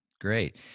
Great